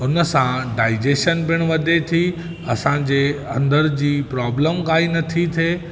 हुन सां डाइजेशन बिण वधे थी असांजे अंदरि जी प्रोबलम काई नथी थिए